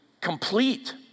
complete